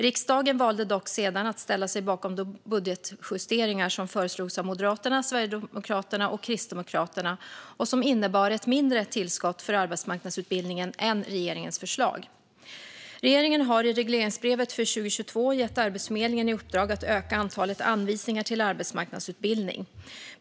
Riksdagen valde dock sedan att ställa sig bakom de budgetjusteringar som föreslogs av Moderaterna, Sverigedemokraterna och Kristdemokraterna och som innebar ett mindre tillskott för arbetsmarknadsutbildningen än regeringens förslag. Svar på interpellationer Regeringen har i regleringsbrevet för 2022 gett Arbetsförmedlingen i uppdrag att öka antalet anvisningar till arbetsmarknadsutbildning.